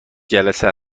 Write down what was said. جلسه